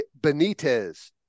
benitez